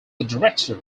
director